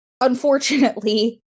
unfortunately